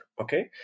okay